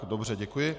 Dobře, děkuji.